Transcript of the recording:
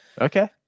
Okay